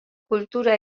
kultura